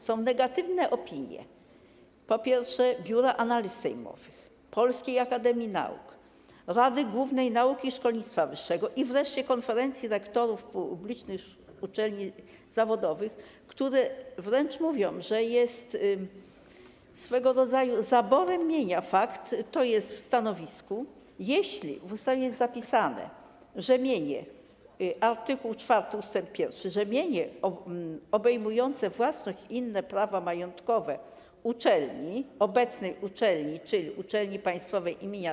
Są negatywne opinie: po pierwsze, Biura Analiz Sejmowych, Polskiej Akademii Nauk, Rady Głównej Nauki i Szkolnictwa Wyższego i wreszcie Konferencji Rektorów Publicznych Uczelni Zawodowych, które wręcz mówią, że swego rodzaju zaborem mienia jest fakt - to jest w stanowisku - jeśli w ustawie, w art. 4 ust. 1 jest zapisane, że mienie obejmujące własność i inne prawa majątkowe uczelni, obecnej uczelni, czyli Uczelni Państwowej im.